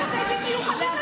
יש בתי דין מיוחדים לזה.